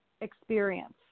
experience